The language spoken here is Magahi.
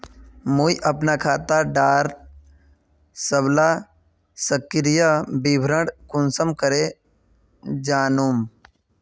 मुई अपना खाता डार सबला सक्रिय विवरण कुंसम करे जानुम?